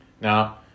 Now